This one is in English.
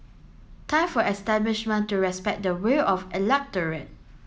time for establishment to respect the will of electorate